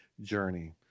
journey